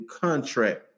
contract